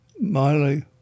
Miley